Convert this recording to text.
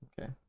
okay